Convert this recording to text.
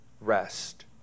rest